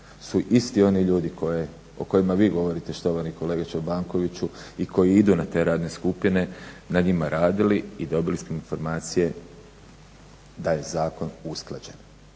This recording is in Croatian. su isti oni ljudi o kojima vi govorite štovani kolega Čobankoviću i koji idu na te radne skupine, na njima radili i dobili ste informacije da je zakon usklađen.